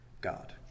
God